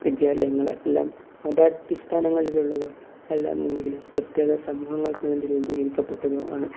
വിദ്യാലയങ്ങളെ എല്ലാം മതാടിസ്ഥാനങ്ങളിലുള്ളതോ അല്ലായെന്നുണ്ടെങ്കിൽ പ്രത്യേക സമൂഹങ്ങൾക്കു വേണ്ടി രൂപീകരിക്കപ്പെട്ടതോ ആണ്